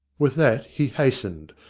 with that he hastened,